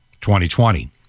2020